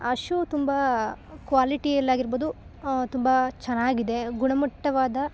ಆ ಶೂ ತುಂಬ ಕ್ವಾಲಿಟಿಯಲ್ಲಿ ಆಗಿರಬೋದು ತುಂಬ ಚೆನ್ನಾಗಿದೆ ಗುಣಮಟ್ಟವಾದ